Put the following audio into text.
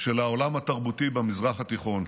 של העולם התרבותי במזרח התיכון.